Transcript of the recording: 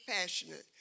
passionate